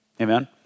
Amen